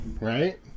right